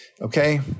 okay